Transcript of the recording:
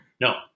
No